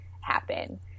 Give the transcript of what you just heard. happen